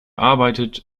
arbeitet